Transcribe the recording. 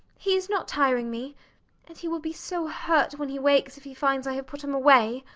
he is not tiring me and he will be so hurt when he wakes if he finds i have put him away.